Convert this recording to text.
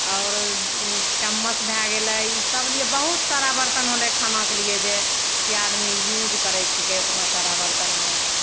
आओर चमच्च भए गेलै ईसभ लिए बहुत सारा बरतन होलै खानाके लिए जे कि आदमी यूज करै छिकै उतना सारा बरतनमे